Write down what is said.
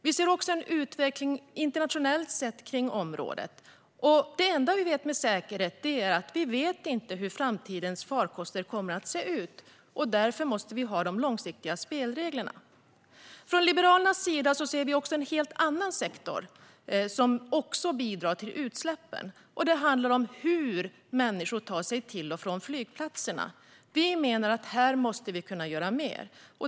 Vi ser också en utveckling internationellt sett på detta område. Det enda vi vet med säkerhet är att vi inte vet hur framtidens farkoster kommer att se ut. Därför måste vi ha långsiktiga spelregler. Från Liberalernas sida ser vi även en helt annan sektor som också bidrar till utsläppen. Det handlar om hur människor tar sig till och från flygplatserna. Vi menar att vi måste kunna göra mer här.